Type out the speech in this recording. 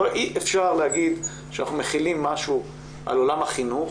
אי אפשר להגיד שאנחנו מחילים משהו על עולם החינוך,